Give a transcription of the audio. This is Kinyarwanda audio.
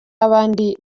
abandi